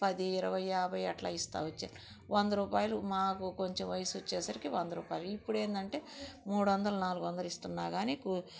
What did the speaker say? పది ఇరవై యాభై అట్లా ఇస్తూ వచ్చారు వంద రూపాయలు మాకు కొంచెం వయసు వచ్చేసరికి వంద రూపాయలు ఇప్పుడేందంటే మూడొందలు నాలుగొందలు ఇస్తున్నా కాని కూ